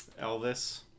Elvis